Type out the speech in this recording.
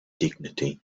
dignity